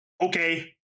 Okay